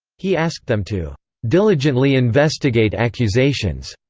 he asked them to diligently investigate accusations.